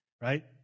right